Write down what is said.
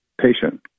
patient